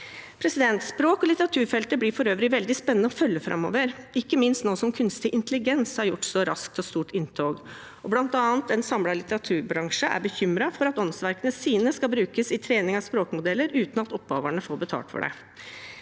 kr. Språk- og litteraturfeltet blir for øvrig veldig spennende å følge framover, ikke minst nå som kunstig intelligens har gjort så raskt og stort inntog. En samlet litteraturbransje er bl.a. bekymret for at åndsverkene deres skal brukes i trening av språkmodeller uten at opphaverne får betalt for det.